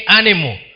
animal